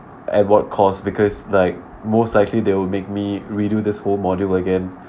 at what cost because like most likely they will make me redo this whole module again